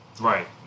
Right